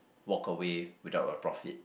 walk away without a profit